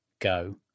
go